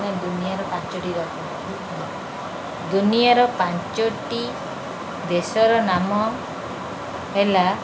ମୁଁ ଦୁନିଆର ପାଞ୍ଚଟି ଦୁନିଆଁର ପାଞ୍ଚଟି ଦେଶର ନାମ ହେଲା